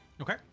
Okay